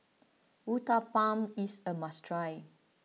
Uthapam is a must try